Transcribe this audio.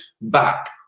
back